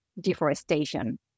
deforestation